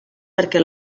perquè